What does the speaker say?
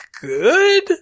good